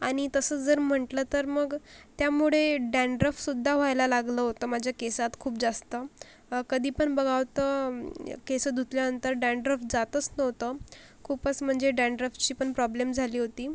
आणि तसं जर म्हटलं तर मग त्यामुळे डॅन्ड्रफसुद्धा व्हायला लागलं होतं माझ्या केसात खूप जास्त कधी पण बघावं तर केस धुतल्यानंतर डॅन्ड्रफ जातंस नव्हतं खूपस म्हणजे डॅन्ड्रफची पण प्रॉब्लेम झाली होती